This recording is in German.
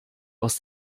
aus